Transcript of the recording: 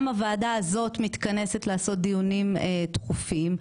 גם הוועדה הזאת מתכנסת לעשות דיונים דחופים.